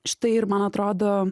štai ir man atrodo